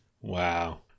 Wow